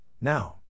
now